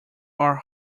are